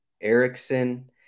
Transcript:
Erickson